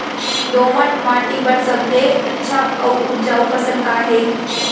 दोमट माटी बर सबले अच्छा अऊ उपजाऊ फसल का हे?